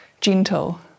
gentle